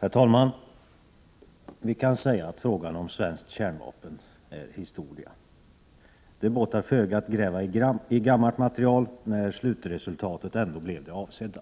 Herr talman! Vi kan säga att frågan om svenskt kärnvapen är historia. Det båtar föga att gräva i gammalt material, när slutresultatet ändå blev det avsedda.